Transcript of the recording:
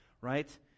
right